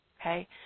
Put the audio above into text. okay